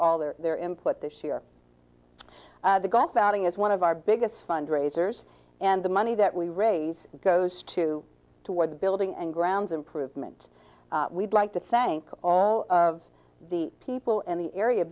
all their input this year the golf outing is one of our biggest fundraisers and the money that we raise goes to toward the building and grounds improvement we'd like to thank all of the people in the area